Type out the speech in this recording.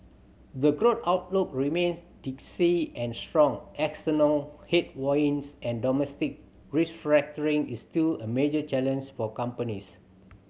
the growth outlook remains dicey and strong external headwinds and domestic restructuring is still a major challenge for companies